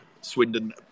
Swindon